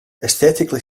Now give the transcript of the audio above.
aesthetically